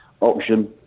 option